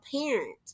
parent